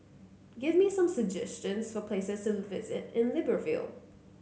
give me some suggestions for places to visit in Libreville